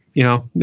you know,